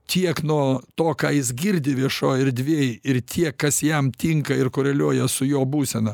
tiek nuo to ką jis girdi viešoj erdvėj ir tiek kas jam tinka ir koreliuoja su jo būsena